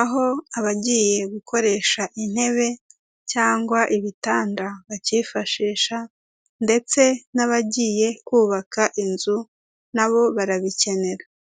aho abagiye gukoresha intebe cyangwa ibitanda bakifashisha ndetse n'abagiye kubaka inzu na bo barabikenera.